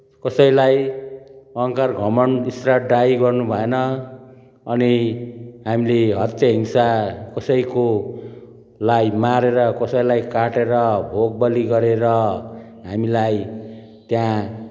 कसैलाई अहङ्कार घमन्ड इर्ष्या डाहा गर्नु भएन अनि हामीले हत्या हिंसा कसैकोलाई मारेर कसैलाई काटेर भोग बलि गरेर हामीलाई त्यहाँ